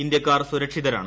ഇന്ത്യക്കാർ സുരക്ഷിതരാണ്